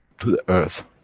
to the earth.